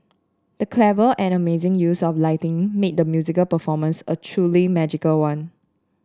the clever and amazing use of lighting made the musical performance a truly magical one